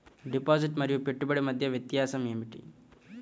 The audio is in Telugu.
డిపాజిట్ మరియు పెట్టుబడి మధ్య వ్యత్యాసం ఏమిటీ?